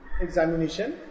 examination